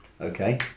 Okay